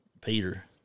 Peter